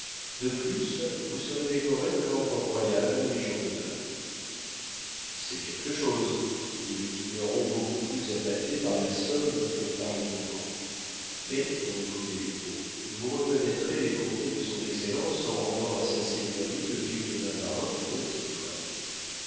de plus vous serez décoré de l'ordre royal de la légion-d'honneur c'est quelque chose dit le vigneron beaucoup plus appâté par la somme que par le ruban mais reprit des lupeaulx vous reconnaîtrez les bontés de son excellence en rendant à sa seigneurie le duc de navarreins tous vos titres